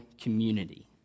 community